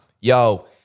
yo